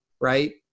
right